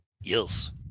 Yes